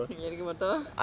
எனக்கு மட்டும்:enakku mattum